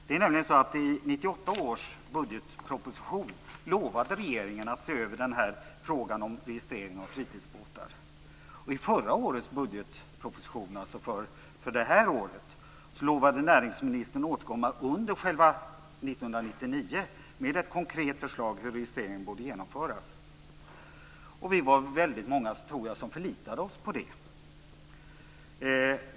Det är nämligen så att i 1998 års budgetproposition lovade regeringen att se över frågan om registrering av fritidsbåtar. I förra årets budgetproposition, dvs. den som gäller för det här året, lovade näringsministern att återkomma under 1999 med ett konkret förslag till hur en registrering borde genomföras. Jag tror att vi var väldigt många som förlitade oss på det.